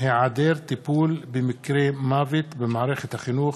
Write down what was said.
היעדר טיפול במקרי מוות במערכת החינוך,